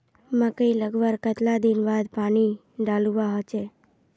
मकई लगवार कतला दिन बाद पानी डालुवा होचे?